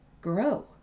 grow